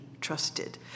trusted